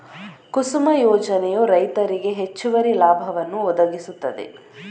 ಕುಸುಮ ಯೋಜನೆಯು ರೈತರಿಗೆ ಹೆಚ್ಚುವರಿ ಲಾಭವನ್ನು ಒದಗಿಸುತ್ತದೆ